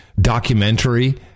documentary